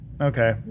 Okay